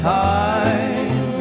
time